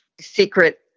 secret